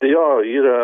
jo yra